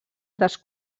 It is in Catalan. dels